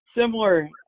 similar